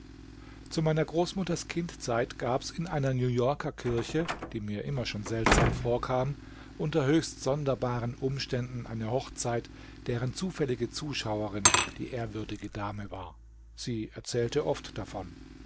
zu meiner großmutters kindzeit gabs in einer new-yorker kirche die mir immer schon seltsam vorkam unter höchst sonderbaren umständen eine hochzeit deren zufällige zuschauerin die ehrwürdige dame war sie erzählte oft davon